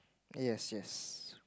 yes yes